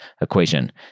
equation